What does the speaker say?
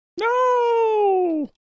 No